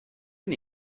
gen